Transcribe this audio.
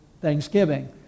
Thanksgiving